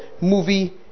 movie